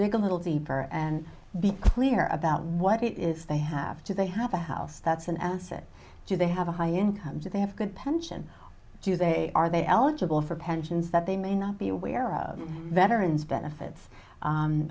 dig a little deeper and be clear about what it is they have to they have a house that's an asset do they have a high income so they have good pension or do they are they eligible for pensions that they may not be aware of veterans benefits